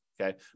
Okay